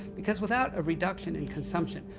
because without a reduction in consumption,